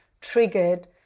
triggered